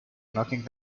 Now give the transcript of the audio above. knocking